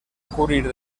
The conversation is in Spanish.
ocurrir